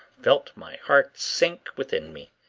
felt my heart sink within me.